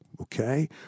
okay